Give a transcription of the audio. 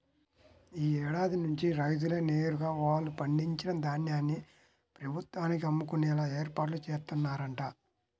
యీ ఏడాది నుంచి రైతులే నేరుగా వాళ్ళు పండించిన ధాన్యాన్ని ప్రభుత్వానికి అమ్ముకునేలా ఏర్పాట్లు జేత్తన్నరంట